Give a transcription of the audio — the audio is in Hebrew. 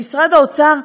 ממשרד האוצר: